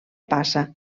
passa